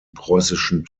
preußischen